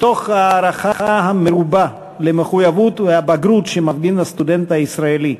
מתוך ההערכה המרובה למחויבות ולבגרות שמפגין הסטודנט הישראלי,